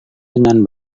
dengan